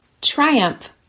triumph